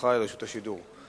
לרשות השידור.